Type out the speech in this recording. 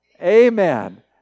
Amen